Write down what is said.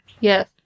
Yes